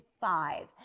five